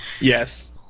Yes